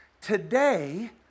today